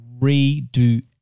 redo